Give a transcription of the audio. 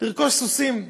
לרכוש סוסים.